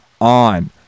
on